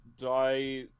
Die